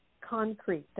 concrete